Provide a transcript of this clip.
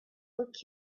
book